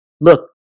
Look